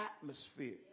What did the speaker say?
Atmosphere